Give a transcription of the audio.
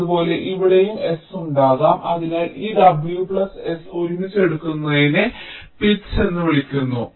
അതുപോലെ ഇവിടെയും s ഉണ്ടാകും അതിനാൽ ഈ w s ഒരുമിച്ച് എടുക്കുന്നതിനെ പിച്ച്എന്ന് വിളിക്കുന്നു